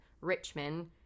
richmond